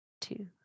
two